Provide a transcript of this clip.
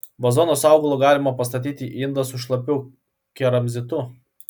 vazoną su augalu galima pastatyti į indą su šlapiu keramzitu